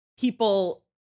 people